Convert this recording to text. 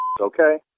okay